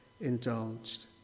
indulged